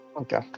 Okay